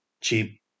cheap